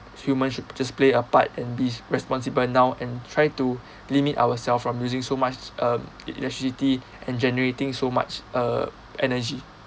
humans should just play a part and be responsible now and try to limit ourselves from using so much uh electricity and generating so much uh energy